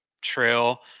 trail